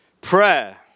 Prayer